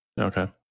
okay